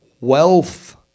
wealth